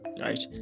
right